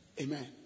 Amen